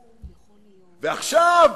ועכשיו,